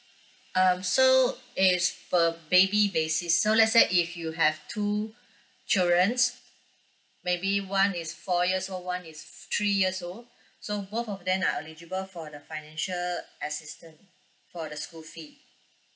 um so it's per baby basis so let's say if you have two children maybe one is four years old one is three years old so both of them are eligible for the financial assistance for the school fee